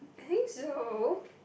I think so